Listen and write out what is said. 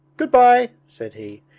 good-bye said he,